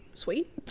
sweet